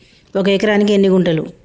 ఒక ఎకరానికి ఎన్ని గుంటలు?